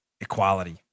Equality